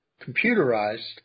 computerized